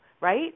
right